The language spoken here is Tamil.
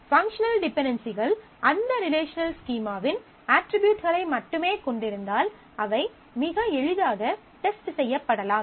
பங்க்ஷனல் டிபென்டென்சிகள் அந்த ரிலேஷனல் ஸ்கீமாவின் அட்ரிபியூட்களை மட்டுமே கொண்டிருந்தால் அவை மிக எளிதாக டெஸ்ட் செய்யப்படலாம்